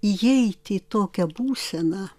įeiti į tokią būseną